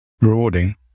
Rewarding